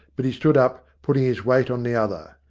but he stood up, putting his weight on the other.